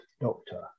doctor